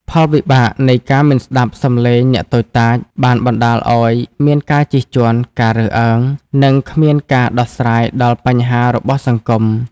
ផលវិបាកនៃការមិនស្តាប់សំឡេងអ្នកតូចតាច បានបណ្ដាលឲ្យមានការជិះជាន់ ការរើសអើង និងគ្មានការដោះស្រាយដល់បញ្ហារបស់សង្គម។